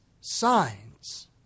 signs